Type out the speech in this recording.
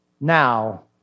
now